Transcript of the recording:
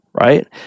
right